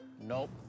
Nope